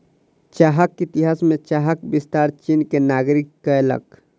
चाहक इतिहास में चाहक विस्तार चीन के नागरिक कयलक